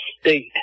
state